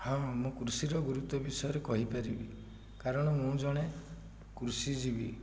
ହଁ ମୁଁ କୃଷିର ଗୁରୁତ୍ୱ ବିଷୟରେ କହିପାରିବି କାରଣ ମୁଁ ଜଣେ କୃଷିଜୀବୀ